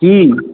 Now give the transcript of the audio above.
की